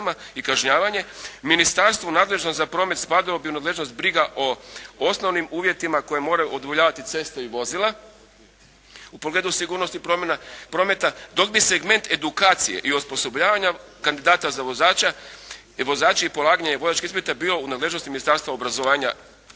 i kažnjavanje ministarstvu nadležnom za promet spadalo bi u nadležnost briga o osnovnim uvjetima kojima moraju udovoljavati ceste i vozila u pogledu sigurnosti prometa dok bi segment edukacije i osposobljavanja kandidata za vozača i vozači i polaganje vozačkih ispita bilo u nadležnosti Ministarstva obrazovanja